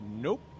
Nope